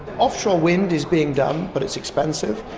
offshore wind is being done, but it's expensive.